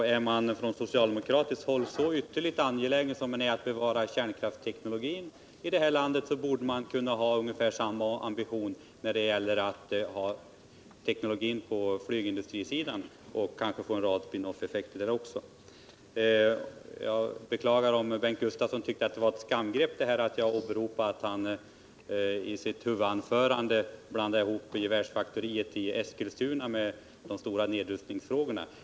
När man nu på socialdemokratiskt håll är så ytterligt angelägen om att bevara kärnkraftsteknologin här i landet så borde man ha ungefär samma ambition när det gäller att behålla kunnandet inom flygindustrin och kanske få del av en rad spin-off-effekter som brukar finnas på detta område. Jag beklagar om Bengt Gustavsson tyckte att det var ett skamgrepp att jag åberopade att han i sitt huvudanförande blandade ihop gevärsfaktoriet i Eskilstuna med de stora nedrustningsfrågorna.